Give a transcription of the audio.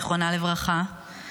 זיכרונה לברכה,